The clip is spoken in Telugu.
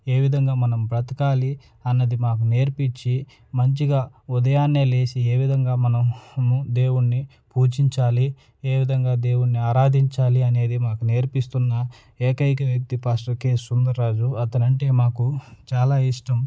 ఏ విధంగా మనం బ్రతకాలి అన్నది మాకు నేర్పిచ్చి మంచిగా ఉదయాన్నే లేసి ఏ విధంగా మనం దేవుణ్ణి పూజించాలి ఏ విధంగా దేవుణ్ణి ఆరాధించాలి అనేది మాకు నేర్పిస్తున్నా ఏకైక వ్యక్తి పాస్టర్ కే సుందర్రాజు అతనంటే మాకు చాలా ఇష్టం